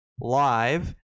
live